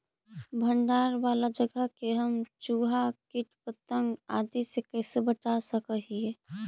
भंडार वाला जगह के हम चुहा, किट पतंग, आदि से कैसे बचा सक हिय?